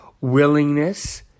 willingness